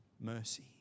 mercy